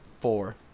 four